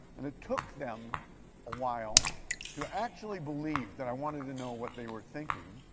and it took them awhile to actually believe that i wanted to know what they were thinking.